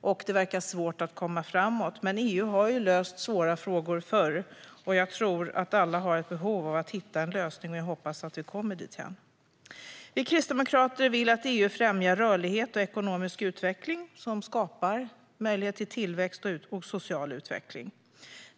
och det verkar svårt att komma framåt. EU har dock löst svåra frågor förr, och jag tror att alla har ett behov av att hitta en lösning. Jag hoppas att vi kommer dithän. Vi kristdemokrater vill att EU främjar rörlighet och ekonomisk utveckling som skapar möjlighet till tillväxt och social utveckling.